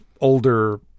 older